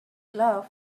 love